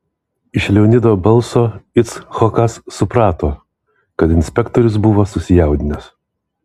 iš leonido balso icchokas suprato kad inspektorius buvo susijaudinęs